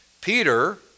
Peter